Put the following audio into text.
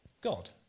God